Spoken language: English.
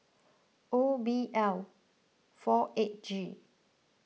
O B L four eight G